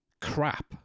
crap